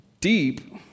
deep